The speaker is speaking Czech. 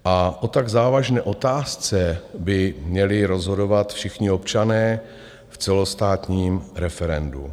A o tak závažné otázce by měli rozhodovat všichni občané v celostátním referendu.